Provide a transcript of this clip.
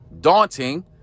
daunting